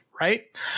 Right